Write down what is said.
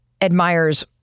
admires